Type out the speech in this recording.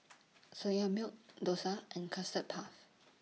Soya Milk Dosa and Custard Puff